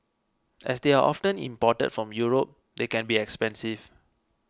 as they are often imported from Europe they can be expensive